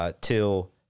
till